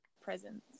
presence